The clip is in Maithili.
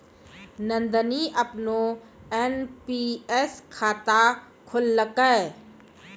नंदनी अपनो एन.पी.एस खाता खोललकै